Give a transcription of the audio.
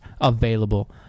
available